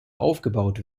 aufgebaut